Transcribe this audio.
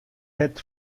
hert